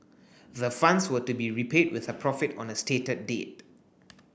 the funds were to be repaid with a profit on a stated date